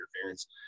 interference